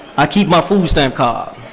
i keep my food stamp card,